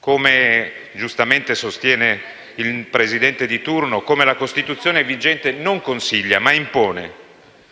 come giustamente sostiene il Presidente di turno e come la Costituzione vigente non consiglia, ma impone.